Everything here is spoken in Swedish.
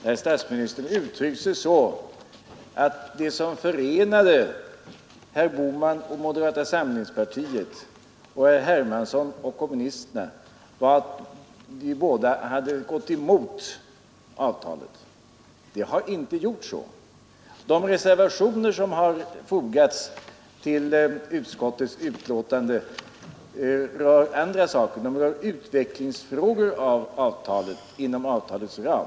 Herr talman! Statsministern uttryckte sig så att det som förenade herr Bohman och moderata samlingspartiet med herr Hermansson och kommunisterna var att de båda hade gått emot avtalet. Men så är det inte. De reservationer som fogats till utskottets betänkande rör andra saker. De rör utvecklingsfrågor inom avtalets ram.